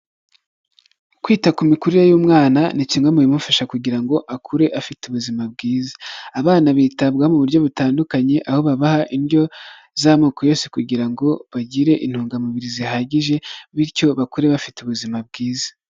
Kwita ku mikurire y'umwana, ni kimwe mu bimufasha kugira ngo akure afite ubuzima bwiza, abana bitabwa mu buryo butandukanye, aho babaha indyo z'amoko yose kugira ngo bagire intungamubiri zihagije, bityo bakure bafite ubuzima bwiza.